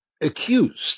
accused